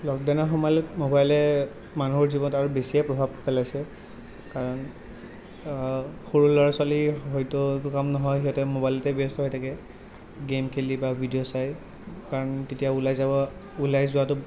লকডাউনৰ সময়ত মোবাইলে মানুহৰ জীৱনত আৰু বেছিয়ে প্ৰভাৱ পেলাইছে কাৰণ সৰু ল'ৰা ছোৱালী হয়টো একো কাম নহয় সিহঁতে মোবাইলতে ব্যস্ত হৈ থাকে গেম খেলি বা ভিডিঅ' চাই কাৰণ তেতিয়া ওলাই যাব ওলাই যোৱাতো